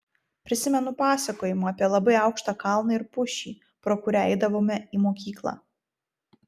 prisimenu pasakojimą apie labai aukštą kalną ir pušį pro kurią eidavome į mokyklą